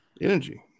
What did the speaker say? energy